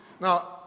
Now